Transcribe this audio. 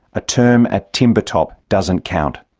a term at timbertop doesn't count.